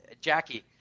Jackie